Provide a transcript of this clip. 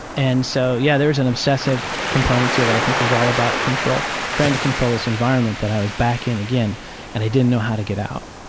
and so, yeah, there was an obsessive component to that, i think it was all about control, trying to control this environment that i was back in again and i didn't know how to get out.